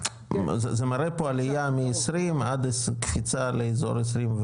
זה מראה פה עלייה מ-2020 עד קפיצה לאזור 2025,